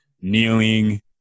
kneeling